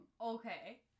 Okay